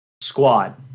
squad